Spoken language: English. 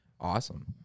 Awesome